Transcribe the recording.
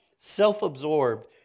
self-absorbed